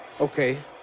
okay